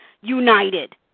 united